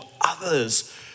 others